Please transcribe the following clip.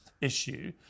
issue